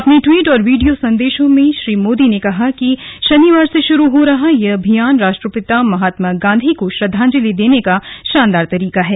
अपने ट्वीट और विडियो संदेशों में श्री मोदी ने कहा है कि शनिवार से शुरू हो रहा यह अभियान राष्ट्रपिता महात्मा गांधी को श्रद्वांजलि देने का शानदार तरीका है